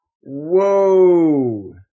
Whoa